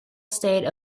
state